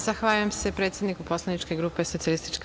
Zahvaljujem se predsedniku poslaničke grupe SPS.